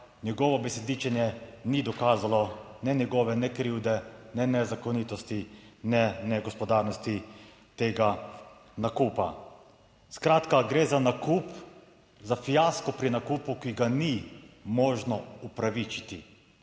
njegovo besedičenje ni dokazalo ne njegove, ne krivde, ne zakonitosti, ne negospodarnosti tega nakupa. Skratka, gre za nakup, za fiasko pri nakupu, ki ga ni možno upravičiti.